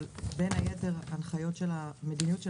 אבל בין היתר ההנחיות של המדיניות של